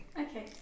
Okay